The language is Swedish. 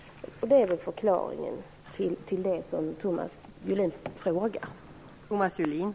Det är förklaringen till det som Thomas Julin frågade efter.